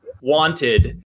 wanted